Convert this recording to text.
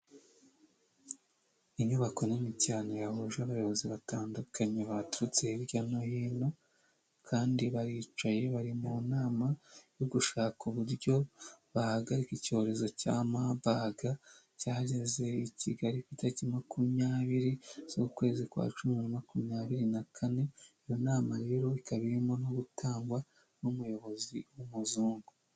Inyubako nini cyane yahuje abayobozi batandukanye baturutse hirya no hino kandi baricaye bari mu nama yo gushaka uburyo bahagarika icyorezo cya mabaga cyageze i Kigali itariki makumyabiri z'ukwezi kwa cumi mu mwaka wa bibiri na makumyabiri na kane, iyo nama rero ikaba irimo gutangwa n'umuyobozi w'umuzungu.